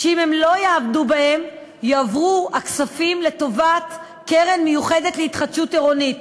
ואם הם לא יעמדו בהם יעברו הכספים לטובת קרן מיוחדת להתחדשות עירונית.